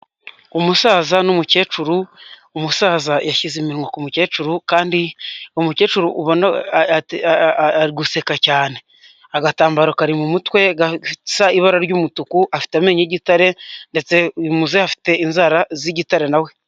Umusaza n'umukecuru, umusaza yashyize iminwa ku mukecuru kandi umukecuru ari guseka cyane. Agatambaro kari mu mutwe gasa ibara ry'umutuku, afite amenyo y'igitare ndetse uyu muzehe afite inzara z'igitare nawe.